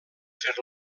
fer